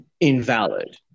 invalid